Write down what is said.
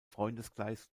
freundeskreis